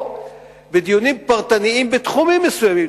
או בדיונים פרטניים בתחומים מסוימים,